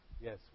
Yes